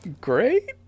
great